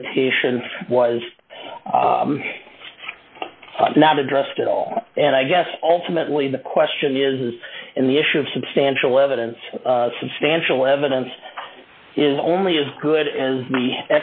limitation was not addressed at all and i guess ultimately the question is is in the issue of substantial evidence substantial evidence is only as good as the